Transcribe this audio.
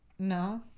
No